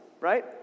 Right